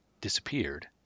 disappeared